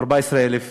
14,000